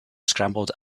scrambled